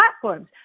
platforms